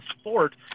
sport